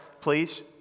Please